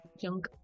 junk